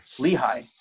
Lehigh